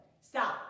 Stop